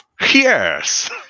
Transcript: Yes